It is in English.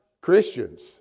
Christians